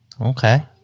Okay